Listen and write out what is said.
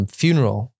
funeral